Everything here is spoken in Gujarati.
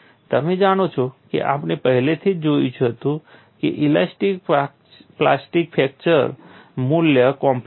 તમે જાણો છો કે આપણે પહેલેથી જ જોયું હતું કે ઇલાસ્ટિક પ્લાસ્ટિકનું ફ્રેક્ચર ખૂબ કોમ્પ્લેક્સ છે